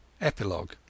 epilogue